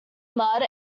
mud